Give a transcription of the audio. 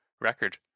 record